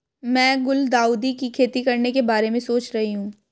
मैं गुलदाउदी की खेती करने के बारे में सोच रही हूं